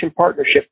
Partnership